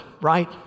right